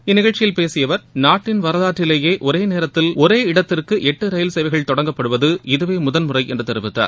இந்த நிகழ்ச்சியில் பேசிய அவர் நாட்டின் வரலாற்றிலேயே ஒரே நேரத்தில் ஒரே இடத்திற்கு எட்டு ரயில்சேவைகள் தொடங்கப்படுவது இதுவே முதல்முறை என தெரிவித்தார்